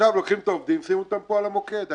עכשיו לוקחים את העובדים ושמים אותם פה על המוקד.